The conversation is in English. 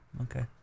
Okay